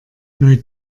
neu